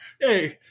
Hey